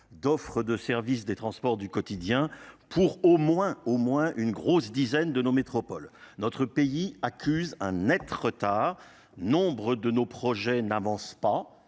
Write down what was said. d'offres de service, des transports du quotidien pour au moins au moins une grosse dizaine de nos métropoles, notre pays accuse un net retard, nombre de nos projets n'avancent pas